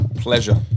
Pleasure